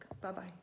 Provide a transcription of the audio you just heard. Bye-bye